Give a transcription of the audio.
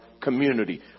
community